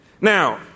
Now